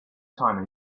time